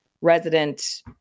resident